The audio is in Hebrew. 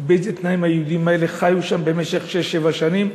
באיזה תנאים היהודים האלה חיו שם במשך שש-שבע שנים.